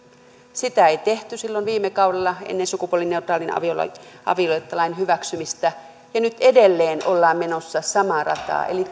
sitä ei tehty silloin viime kaudella ennen sukupuolineutraalin avioliittolain hyväksymistä ja nyt edelleen ollaan menossa samaa rataa eli